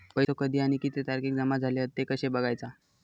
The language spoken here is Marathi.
पैसो कधी आणि किती तारखेक जमा झाले हत ते कशे बगायचा?